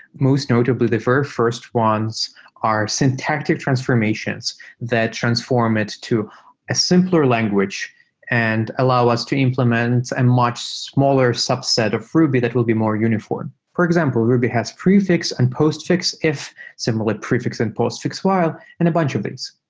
most notably, the very first ones are syntactic transformations that transform it to a simpler language and allow us to implement a much smaller subset of ruby that will be more uniform. for example, ruby has prefix and postfix if, similar prefix and postfix while and a bunch of these.